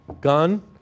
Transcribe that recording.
gun